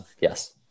Yes